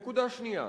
נקודה שנייה,